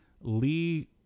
Lee